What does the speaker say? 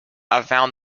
found